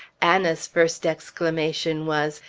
anna's first exclamation was,